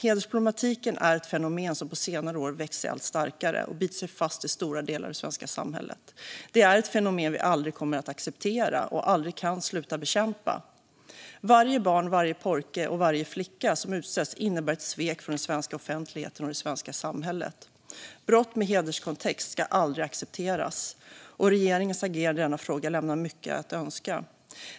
Hedersproblematiken är ett fenomen som på senare år växt sig allt starkare och bitit sig fast i stora delar av det svenska samhället. Det är ett fenomen vi aldrig kommer att acceptera och aldrig kan sluta bekämpa. Varje barn, varje pojke och varje flicka som utsätts innebär ett svek från den svenska offentligheten och det svenska samhället. Brott med hederskontext ska aldrig accepteras, och regeringens agerande i denna fråga lämnar mycket övrigt att önska.